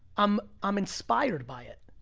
um i'm inspired by it,